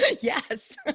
Yes